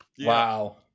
Wow